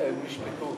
נשפטו.